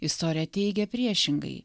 istorija teigia priešingai